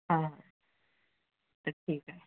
हां ठीक आहे